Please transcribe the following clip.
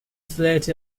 fled